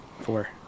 Four